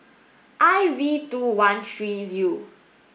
I V two one three U